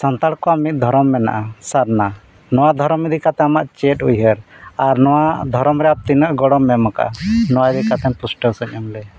ᱥᱟᱱᱛᱟᱲ ᱠᱚᱣᱟᱜ ᱢᱤᱫ ᱫᱷᱚᱨᱚᱢ ᱢᱮᱱᱟᱜᱼᱟ ᱥᱟᱨᱱᱟ ᱱᱚᱣᱟ ᱫᱷᱚᱨᱚᱢ ᱤᱫᱤ ᱠᱟᱛᱮᱫ ᱟᱢᱟᱜ ᱪᱮᱫ ᱩᱭᱦᱟᱹᱨ ᱟᱨ ᱱᱚᱣᱟ ᱫᱷᱚᱨᱚᱢᱨᱮ ᱟᱢ ᱛᱤᱱᱟᱹᱜ ᱜᱚᱲᱚᱢ ᱮᱢ ᱟᱠᱟᱫᱟ ᱱᱚᱣᱟ ᱤᱫᱤ ᱠᱟᱛᱮᱫ ᱯᱩᱥᱴᱟᱹᱣ ᱥᱟᱺᱦᱤᱡ ᱮᱢ ᱞᱟᱹᱭᱟ